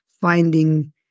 finding